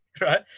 right